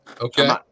Okay